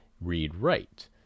read-write